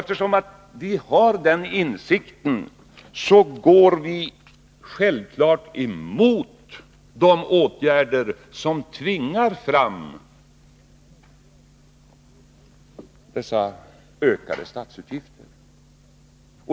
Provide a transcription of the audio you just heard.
Eftersom vi har denna insikt går vi självfallet emot de åtgärder som tvingar fram dessa ökade statsutgifter.